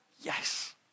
Yes